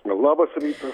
labas rytas